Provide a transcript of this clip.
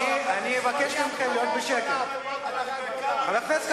חבר הכנסת